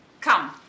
Come